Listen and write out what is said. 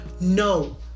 No